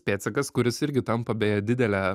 pėdsakas kuris irgi tampa beje didele